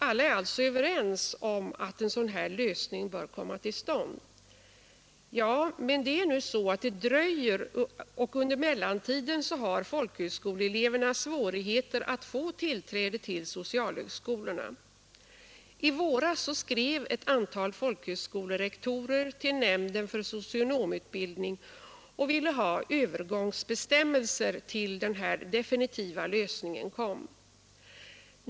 Alla är alltså överens om att en sådan här lösning bör komma till stånd. Ja, men den dröjer, och under mellantiden har folkhögskoleeleverna svårigheter att få tillträde till socialhögskolorna. I våras skrev ett antal folkhögskolerektorer till nämnden för socionomutbildning och ville ha övergångsbestämmelser till dess den definitiva lösningen nåtts.